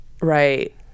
Right